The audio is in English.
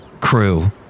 Crew